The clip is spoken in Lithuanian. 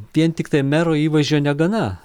vien tiktai mero įvaizdžio negana